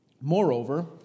Moreover